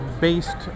based